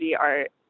art